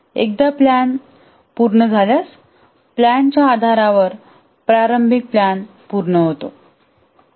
एकदा प्लॅन पूर्ण झाल्यास प्लॅन च्या आधारावर प्रारंभिक प्लॅन पूर्ण होईल